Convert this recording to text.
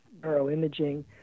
neuroimaging